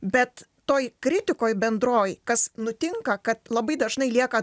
bet toj kritikoj bendroj kas nutinka kad labai dažnai lieka